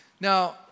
Now